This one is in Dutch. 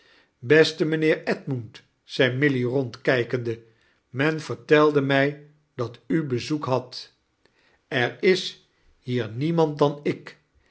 beste mijnheer edmund zei milly rondkijkende men vertelde mij dat u hezoek hadt er is hier niemand dan ik